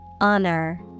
Honor